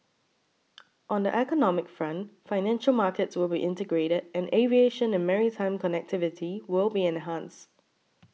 on the economic front financial markets will be integrated and aviation and maritime connectivity will be enhanced